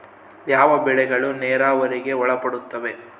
ಯಾವ ಬೆಳೆಗಳು ನೇರಾವರಿಗೆ ಒಳಪಡುತ್ತವೆ?